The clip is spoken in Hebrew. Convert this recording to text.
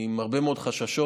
עם הרבה מאוד חששות.